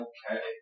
Okay